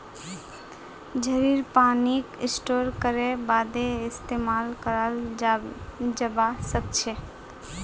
झड़ीर पानीक स्टोर करे बादे इस्तेमाल कराल जबा सखछे